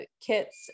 kits